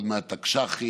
עוד מעט תקש"חים,